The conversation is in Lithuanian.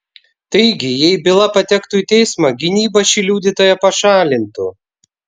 taigi jei byla patektų į teismą gynyba šį liudytoją pašalintų